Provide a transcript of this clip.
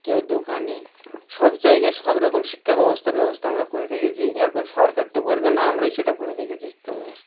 কেউ দোকানে সব জায়গায় সব রকম শিক্ষাব ব্যবস্থা ব্যবস্থা আমরা করে রেখেছি এখন সরকার তো ভবে না আমরাাই সেটা করে রেখেছি শিক্ষাব্যবস্থা